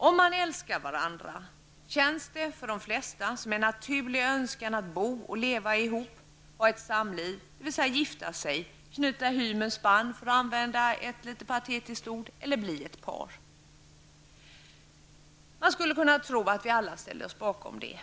Om man älskar varandra känns det för de flesta som en naturlig önskan att bo och leva ihop, ha ett samliv, dvs. gifta sig, knyta hymens band, för att använda ett patetiskt uttryck, eller bli ett par. Man skulle kunna tro att vi alla ställde oss bakom det.